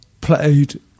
played